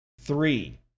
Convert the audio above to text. Three